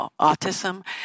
autism